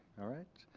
alright.